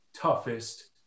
toughest